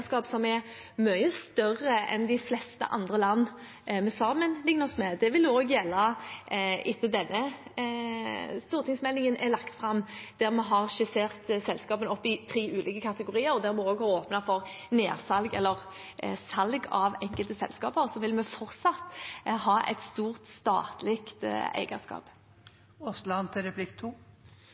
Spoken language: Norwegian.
som er mye større enn i de fleste andre land vi sammenligner oss med. Det vil også gjelde etter at denne stortingsmeldingen er lagt fram, der vi har skissert selskapene opp i tre ulike kategorier. Og der vi også har åpnet for nedsalg, eller salg, av enkelte selskaper, vil vi fortsatt ha et stort statlig